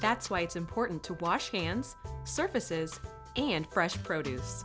that's why it's important to wash hands surfaces and fresh produce